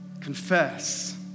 confess